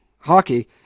hockey